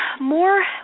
more